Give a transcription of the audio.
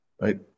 right